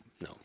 no